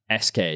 SK